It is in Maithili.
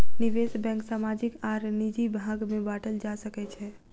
निवेश बैंक सामाजिक आर निजी भाग में बाटल जा सकै छै